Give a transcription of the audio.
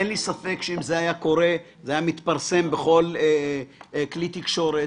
אין לי ספק שאם זה היה קורה זה היה מתפרסם בכל כלי תקשורת.